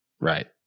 Right